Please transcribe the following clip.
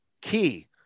key